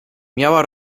miała